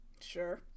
Sure